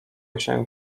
się